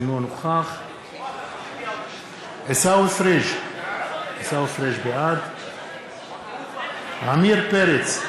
אינו נוכח עיסאווי פריג' בעד עמיר פרץ,